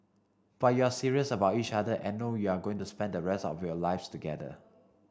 but you're serious about each other and know you're going to spend the rest of your lives together